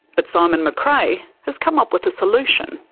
but simon mcrae has come up with a solution.